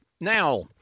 now